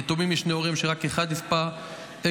יתומים משני הוריהם שרק אחד נספה עקב